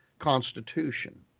Constitution